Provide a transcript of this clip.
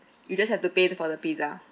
you just have to pay for the pizza